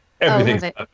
Everything's